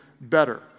better